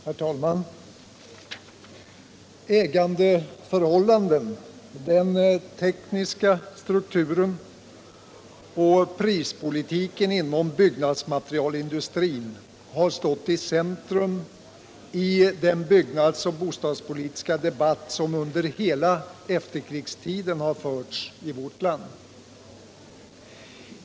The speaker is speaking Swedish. Herr talman! Ägandeförhållanden, den tekniska strukturen och prispolitiken inom byggnadsmaterialindustrin har stått i centrum i den byggnadsoch bostadspolitiska debatt som under hela efterkrigstiden förts i vårt land.